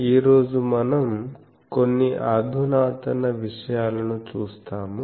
ఈ రోజు మనం కొన్ని అధునాతన విషయాలను చూస్తాము